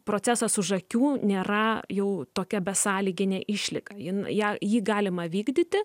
procesas už akių nėra jau tokia besąlyginė išlyga jin ją jį galima vykdyti